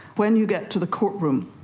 when you get to the courtroom,